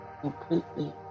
completely